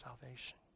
salvation